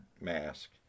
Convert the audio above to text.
mask